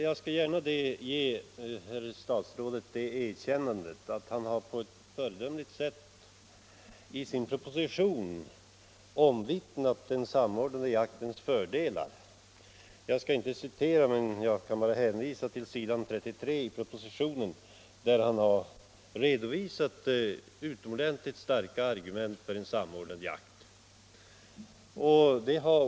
Jag skall gärna ge herr statsrådet det erkännandet att han på ett föredömligt sätt i sin proposition omvittnat den samordnade jaktens fördelar. Jag skall inte citera ur propositionen utan vill hänvisa till s. 33 i denna, där han har redovisat utomordentligt starka argument för en samordnad jakt.